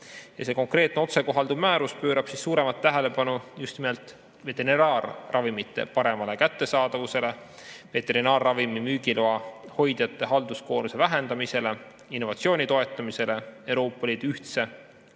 See otsekohalduv määrus pöörab suuremat tähelepanu just nimelt veterinaarravimite paremale kättesaadavusele, veterinaarravimi müügiloa hoidjate halduskoormuse vähendamisele, innovatsiooni toetamisele, Euroopa Liidu ühtse